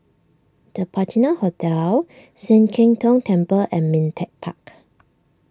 the Patina Hotel Sian Keng Tong Temple and Ming Teck Park